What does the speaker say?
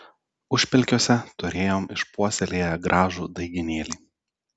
užpelkiuose turėjom išpuoselėję gražų daigynėlį